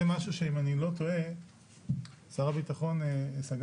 זה משהו שאם אני לא טועה שר הביטחון סגר